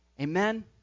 Amen